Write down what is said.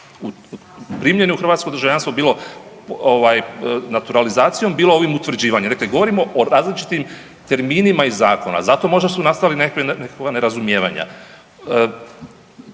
primljeni u hrvatsko državljanstvo bilo naturalizacijom, bilo ovim utvrđivanjem. Dakle, govorimo o različitim terminima iz zakona, zato su možda nastala nekakva nerazumijevanja.